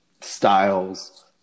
styles